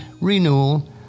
renewal